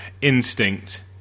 instinct